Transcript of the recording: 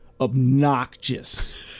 obnoxious